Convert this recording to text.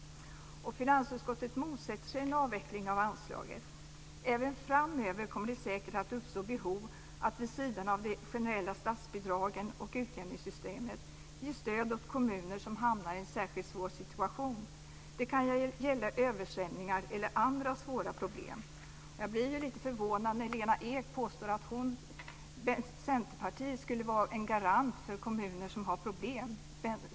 Finansutskottet motsätter sig en avveckling av anslaget. Även framöver kommer det säkert att uppstå behov av att vid sidan av de generella statsbidragen och utjämningssystemen ge stöd åt kommuner som hamnar i en särskilt svår situation. Det kan gälla översvämningar eller andra svåra problem. Jag blir ju lite förvånad när Lena Ek påstår att Centerpartiet skulle vara en garant för kommuner som har problem.